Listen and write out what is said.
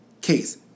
case